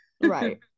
right